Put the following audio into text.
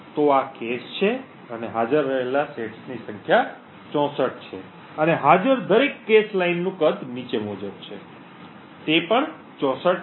તો આ કૅશ છે અને હાજર રહેલા સેટ્સની સંખ્યા 64 છે અને હાજર દરેક કૅશ લાઇનનું કદ નીચે મુજબ છે તે પણ 64 છે